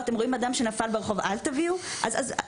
אתם רואים אדם שנפל ברחוב, אל תזמינו לו אמבולנס?